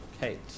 Kate